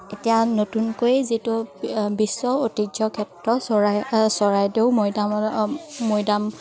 এতিয়া নতুনকৈ যিটো বিশ্ব ঐতিহ্য ক্ষেত্ৰ চৰাই চৰাইদেউ মৈদামৰ মৈদাম